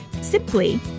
simply